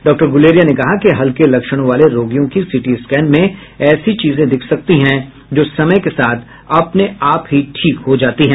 डॉ गुलेरिया ने कहा कि हल्के लक्षणों वाले रोगियों की सीटी स्कैन में ऐसी चीजें दिख सकती हैं जो समय के साथ अपने आप ही ठीक हो जाती हैं